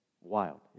Wild